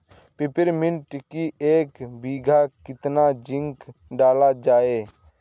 Peppermint की एक बीघा कितना जिंक डाला जाए?